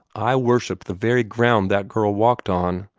i worshipped the very ground that girl walked on,